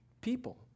people